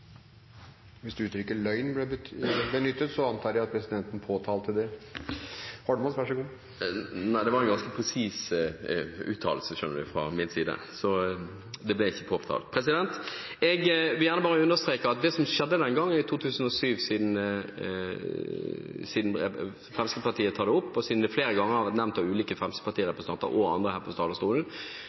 Nei, det var en ganske presis uttalelse, skjønner du, fra min side, så det ble ikke påtalt. Jeg vil gjerne understreke at det som skjedde den gangen i 2007 – siden Fremskrittspartiet tar det opp, og siden det flere ganger har vært nevnt av ulike fremskrittspartirepresentanter og andre her fra talerstolen